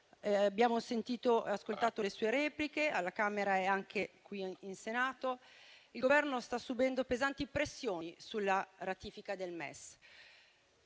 Abbiamo ascoltato le sue repliche, alla Camera e anche qui in Senato. Il Governo sta subendo pesanti pressioni sulla ratifica del MES.